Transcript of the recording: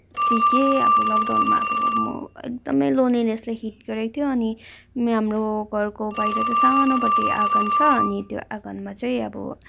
सिकेँ अब लक डाउनमा अब म एकदमै लोन्लीनेसले हिट गरेको थियो अनि हाम्रो घरको बाहिर चाहिँ सानोबडे आँगन छ अनि त्यो आँगनमा चाहिँ अब